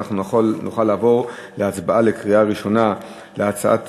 אנחנו נוכל לעבור להצבעה בקריאה שנייה על הצעת